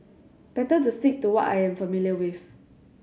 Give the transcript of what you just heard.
better to stick to what I am familiar with